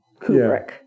Kubrick